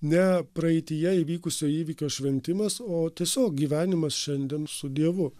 ne praeityje įvykusio įvykio šventimas o tiesiog gyvenimas šiandien su dievu